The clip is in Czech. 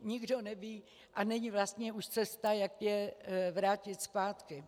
Nikdo neví, není vlastně už cesta, jak je vrátit zpátky.